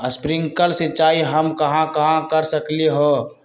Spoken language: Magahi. स्प्रिंकल सिंचाई हम कहाँ कहाँ कर सकली ह?